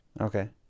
Okay